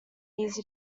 easy